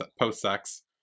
post-sex